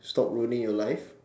stop ruining your life